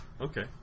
Okay